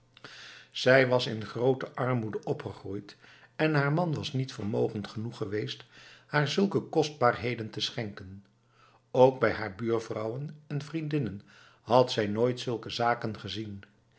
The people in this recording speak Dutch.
zij was in groote armoede opgegroeid en haar man was niet vermogend genoeg geweest haar zulke kostbaarheden te schenken ook bij haar buurvrouwen en vriendinnen had zij nooit zulke zaken gezien